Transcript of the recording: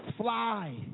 fly